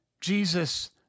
Jesus